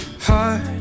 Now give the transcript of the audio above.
heart